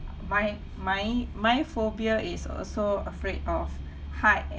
my my my phobia is also afraid of height